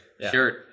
shirt